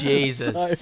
Jesus